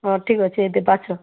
ହଁ ଠିକଅଛି ଏବେ ବାଛ